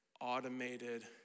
automated